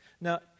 Now